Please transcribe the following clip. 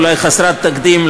אולי חסרת תקדים,